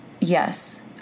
Yes